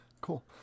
Cool